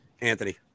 Anthony